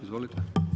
Izvolite.